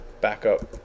backup